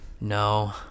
no